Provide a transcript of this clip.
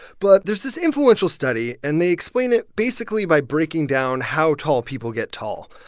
but there's this influential study, and they explain it basically by breaking down how tall people get tall.